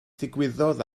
ddigwyddodd